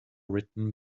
written